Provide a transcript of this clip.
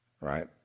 Right